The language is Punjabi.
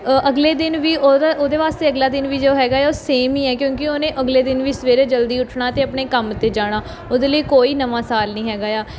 ਅਗਲੇ ਦਿਨ ਵੀ ਉਹ ਉਹਦੇ ਵਾਸਤੇ ਅਗਲਾ ਦਿਨ ਵੀ ਜੋ ਹੈਗਾ ਏ ਉਹ ਸੇਮ ਹੀ ਹੈ ਕਿਉਂਕਿ ਉਹਨੇ ਅਗਲੇ ਦਿਨ ਵੀ ਸਵੇਰੇ ਜਲਦੀ ਉੱਠਣਾ ਅਤੇ ਆਪਣੇ ਕੰਮ ਤੇ ਜਾਣਾ ਉਹਦੇ ਲਈ ਕੋਈ ਨਵਾਂ ਸਾਲ ਨਹੀਂ ਹੈਗਾ ਆ